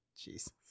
Jesus